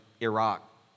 Iraq